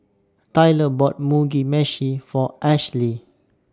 Tyler bought Mugi Meshi For Ashli